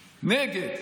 נגד.